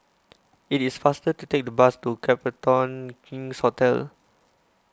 it is faster to take the bus to Copthorne King's Hotel